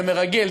זה מרגל,